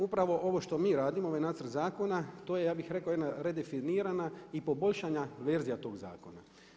Upravo ovo što mi radimo, ovaj nacrt zakona to je ja bih rekao jedna redefinirana i poboljšana verzija toga zakona.